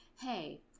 hey